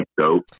dope